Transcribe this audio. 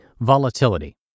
Volatility